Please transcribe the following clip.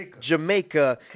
Jamaica